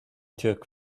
took